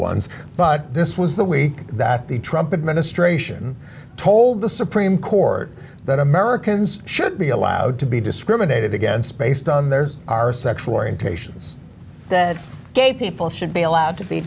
ones but this was the week that the trumpet ministration told the supreme court that americans should be allowed to be discriminated against based on their our sexual orientations that gay people should be allowed to be